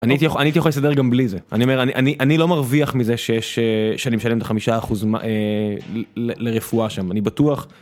אני הייתי אוכל להסתדר גם בלי זה. אני אומר אני לא מרוויח מזה שיש שאני משלם את החמישה אחוזים לרפואה שם אני בטוח.